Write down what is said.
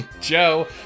Joe